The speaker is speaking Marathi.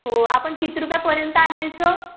हो आपण किती रुपयापर्यंत आणायचं